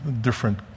different